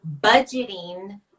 budgeting